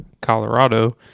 Colorado